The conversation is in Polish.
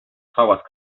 hałas